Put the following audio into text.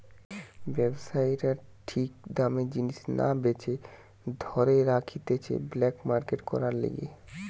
ব্যবসায়ীরা ঠিক দামে জিনিস না বেচে ধরে রাখতিছে ব্ল্যাক মার্কেট করার লিগে